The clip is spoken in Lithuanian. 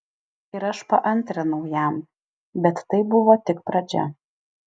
ir aš paantrinau jam bet tai buvo tik pradžia